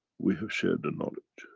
we have shared the knowledge